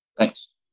Thanks